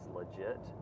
legit